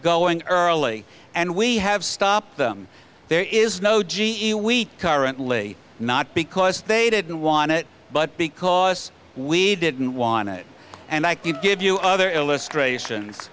going early and we have stopped them there is no g e we currently not because they didn't want it but because we didn't want it and i could give you other illustrations